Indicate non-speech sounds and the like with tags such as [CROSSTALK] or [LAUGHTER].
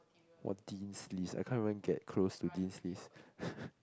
!wah! dean's list I can't even get close to dean's list [BREATH]